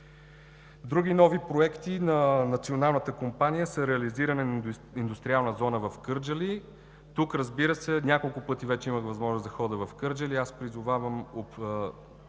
Други нови проекти на Националната компания са реализиране на индустриална зона в Кърджали. Няколко пъти вече имах възможност да ходя в Кърджали и призовавам